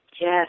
yes